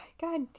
God